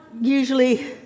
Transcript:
usually